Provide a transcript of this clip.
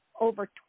over